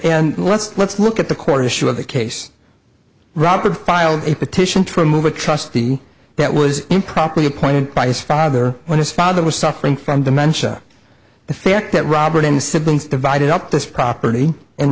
fairly let's let's look at the core issue of the case robert filed a petition true move a trustee that was improperly appointed by his father when his father was suffering from dementia the fact that robert and siblings divided up this property and